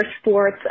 sports